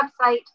website